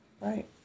Right